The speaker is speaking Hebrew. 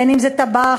בין שזה טבח,